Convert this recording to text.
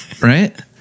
Right